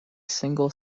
single